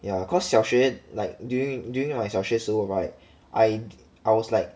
yeah cause 小学 like during during my 小学时候 right I I was like